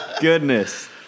Goodness